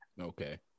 Okay